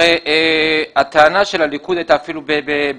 הרי הטענה של הליכוד הייתה אפילו בעיניי,